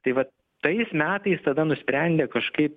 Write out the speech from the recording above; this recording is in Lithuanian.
tai vat tais metais tada nusprendė kažkaip